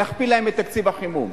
להכפיל להם את תקציב החימום.